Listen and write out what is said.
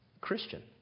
christian